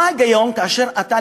מה ההיגיון כאשר אתה,